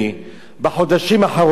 אני עוסק בזה ארבע שנים.